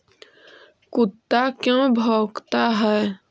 कुत्ता क्यों भौंकता है?